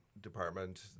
department